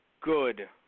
good